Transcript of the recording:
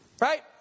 Right